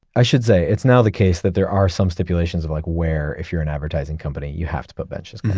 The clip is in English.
i should say it's now the case that there are some stipulations of like where, if you're an advertising company, you have to put benches.